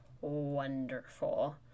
wonderful